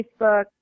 Facebook